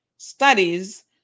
Studies